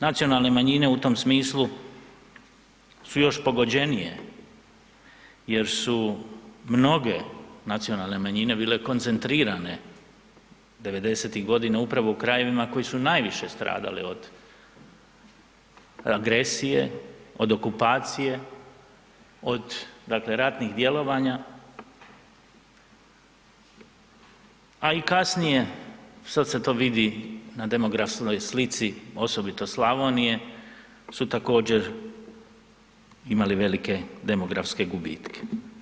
Nacionalne manjine u tom smislu su još pogođenije jer su mnoge nacionalne manjine bile koncentrirane 90-ih godina upravo u krajevima koji su najviše stradali od agresije, od okupacije, od dakle ratnih djelovanja a i kasnije,s ad se to vidi na demografskoj slici osobito Slavonije su također imali velike demografske gubitke.